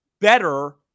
better